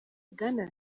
bwana